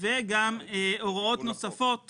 וגם הוראות נוספות